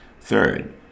Third